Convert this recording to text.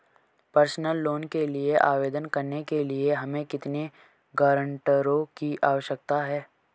Personal loan के लिए आवेदन करने के लिए हमें कितने गारंटरों की आवश्यकता है?